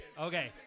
okay